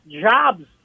jobs